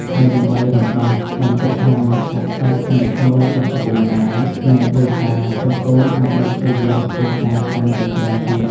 ហើយដើម្បីរំដោះបន្ទុកហិរញ្ញវត្ថុដ៏ធ្ងន់ធ្ងររបស់ឪពុកម្ដាយ និងគ្រួសារ កូនៗអាចនឹងព្យាយមធ្វើការកាន់តែច្រើនទៀត។